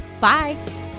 Bye